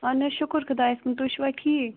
اہن حظ شُکر خۄدایَس کُن تُہۍ چھُوا ٹھیک